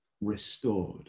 restored